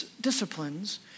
disciplines